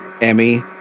Emmy